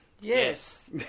Yes